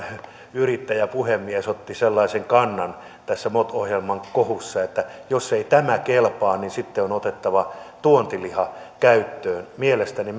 yrittäjä puhemies otti sellaisen kannan tässä mot ohjelman kohussa että jos ei tämä kelpaa niin sitten on otettava tuontiliha käyttöön mielestäni